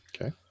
Okay